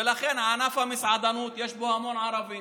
ולכן ענף המסעדנות, יש בו המון ערבים.